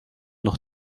noch